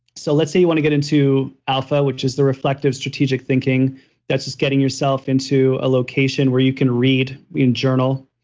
so, let's say you want to get into alpha, which is the reflective strategic thinking that's just getting yourself into a location where you can read in journal,